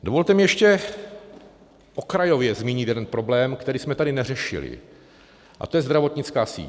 Dovolte mi ještě okrajově zmínit jeden problém, který jsme tady neřešili, a to je zdravotnická síť.